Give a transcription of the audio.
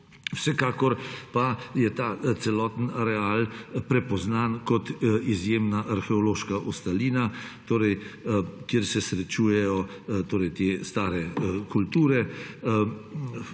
Vsekakor pa je ta celotni areal prepoznan kot izjemna arheološka ostalina, kjer se srečujejo stare kulture,